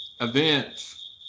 events